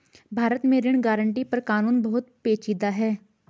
भारत में ऋण गारंटी पर कानून बहुत पेचीदा है